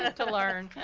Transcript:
ah to learn.